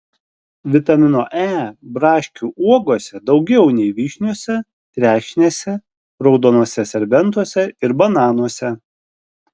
vitamino e braškių uogose daugiau nei vyšniose trešnėse raudonuose serbentuose ir bananuose